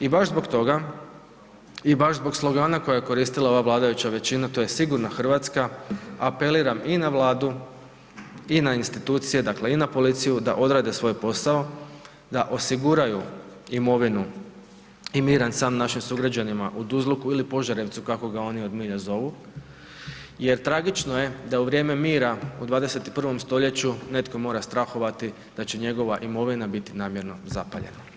I baš zbog toga i baš zbog slogana koje je koristila ova vladajuća većina to je „Sigurna Hrvatska“, apeliram i na vladu i na institucije, dakle i na policiju, da odrade svoj posao, da osiguraju imovinu i miran san našim sugrađanima u Duzluku ili Požarevcu kako ga oni od milja zovu jer tragično je da u vrijeme mira u 21. stoljeću netko mora strahovati da će njegova imovina biti namjerno zapaljena.